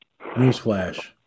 Newsflash